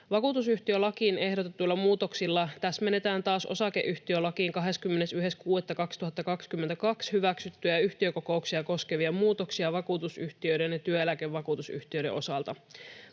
Vakuutusyhtiölakiin ehdotetuilla muutoksilla taas täsmennetään osakeyhtiölakiin 21.6.2022 hyväksyttyjä yhtiökokouksia koskevia muutoksia vakuutusyhtiöiden ja työeläkevakuutusyhtiöiden osalta.